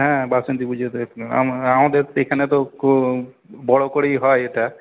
হ্যাঁ বাসন্তি পুজো তো এস আমা আমাদের এখানে তো খুব বড়ো করেই হয় এটা